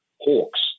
Hawks